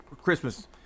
Christmas